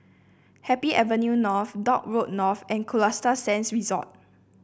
Happy Avenue North Dock Road North and Costa Sands Resort